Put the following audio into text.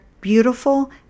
Beautiful